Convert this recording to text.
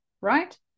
right